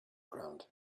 ground